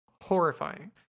Horrifying